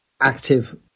active